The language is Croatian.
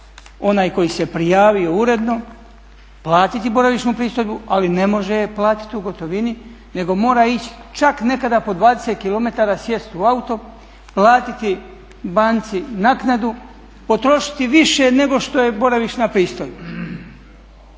onaj koji se prijavio uredno platiti boravišnu pristojbu, ali ne može je platiti u gotovini nego mora ići čak nekada po 20km sjest u auto, platiti banci naknadu, potrošiti više nego što je boravišna pristojba.